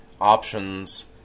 options